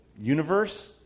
universe